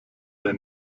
der